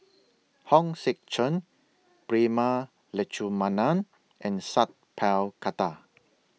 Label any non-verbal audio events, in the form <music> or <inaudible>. <noise> Hong Sek Chern Prema Letchumanan and Sat Pal Khattar